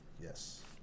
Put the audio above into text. Yes